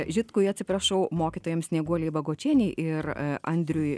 židkui atsiprašau mokytojams snieguolei bagočienei ir andriui